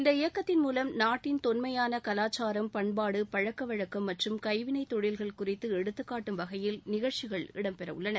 இந்த இயக்கத்தின் மூலம் நாட்டின் தொன்மையான கலாச்சாரம் பண்பாடு பழக்க வழக்கம் மற்றும் கைவினைத் தொழில்கள் குறித்து எடுத்துக்காட்டும் வகையில் நிகழ்ச்சிகள் இடம்பெற உள்ளன